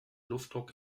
luftdruck